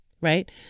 right